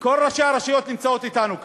כל ראשי הרשויות נמצאים אתנו כאן,